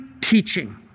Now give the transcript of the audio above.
teaching